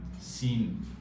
seen